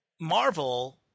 Marvel